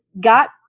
got